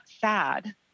sad